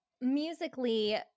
musically